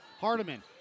Hardiman